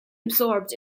absorbed